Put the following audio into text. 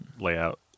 layout